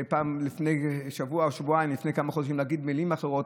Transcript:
ולפני שבוע או שבועיים או לפני כמה חודשים להגיד מילים אחרות,